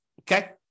Okay